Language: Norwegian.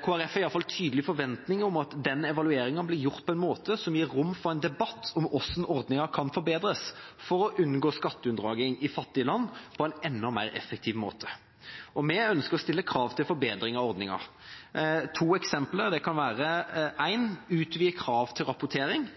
Kristelig Folkeparti har i alle fall tydelige forventninger om at den evalueringa blir gjort på en måte som gir rom for en debatt om hvordan ordninga kan forbedres for å unngå skatteunndragning i fattige land på en enda mer effektiv måte. Vi ønsker å stille krav til forbedring av ordninga. To eksempler på slike krav kan være: Utvidet krav til rapportering: